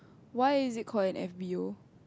why is it called an F_B_O